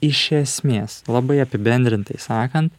iš esmės labai apibendrintai sakant